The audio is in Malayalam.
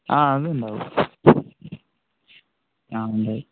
ആ അത് ഉണ്ടാവും ആ ഉണ്ടാവും